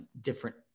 different